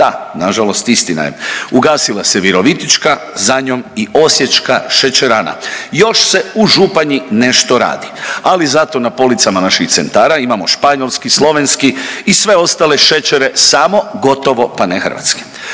Da, nažalost istina je. Ugasila se virovitička, za njom i osječka šećerana, još se u Županji nešto radi, ali zato na policama naših centra imamo španjolski, slovenski i sve ostale šećere samo gotovo pa ne hrvatski.